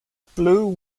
blue